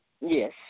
Yes